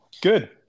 Good